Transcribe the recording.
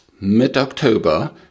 mid-October